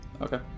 Okay